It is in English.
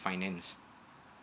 finance